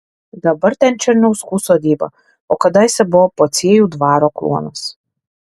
dabar ten černiauskų sodyba o kadaise buvo pociejų dvaro kluonas